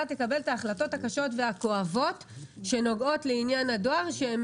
תקבל את ההחלטות הקשות והכואבות שנוגעות לעניין הדואר שהן